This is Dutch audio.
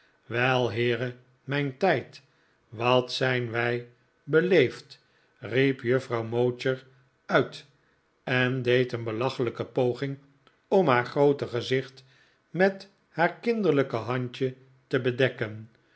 wel heere mijn tijd wat zijn wij beleefd riep juffrouw mowcher uit en deed een belachelijke poging om haar groote gezicht met haar kinderlijke handje te bedekken